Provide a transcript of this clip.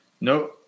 No